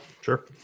sure